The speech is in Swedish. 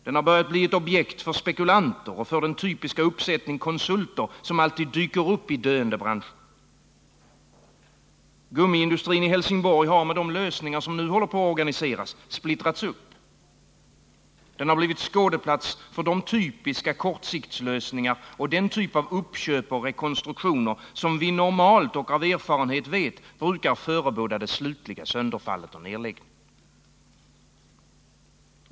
Den har börjat bli ett objekt för spekulanter, för den typiska uppsättning konsulter som alltid dyker upp i döende branscher. Gummiindustrin i Helsingborg har, med de lösningar som nu håller på att organiseras, splittrats upp. Den har blivit skådeplats för de typiska kortsiktslösningar och den typ av uppköp och rekonstruktioner som vi av erfarenhet vet normalt brukar förebåda det slutliga sönderfallet och nedläggningen.